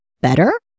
better